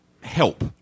help